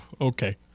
Okay